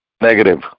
Negative